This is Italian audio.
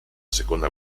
seconda